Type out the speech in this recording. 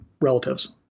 relatives